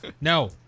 No